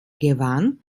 gewann